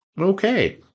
Okay